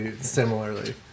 similarly